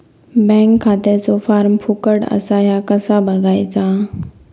Bank खात्याचो form फुकट असा ह्या कसा बगायचा?